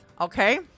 okay